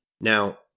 Now